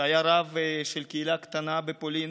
שהיה רב של קהילה קטנה בפולין,